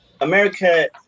America